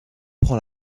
prend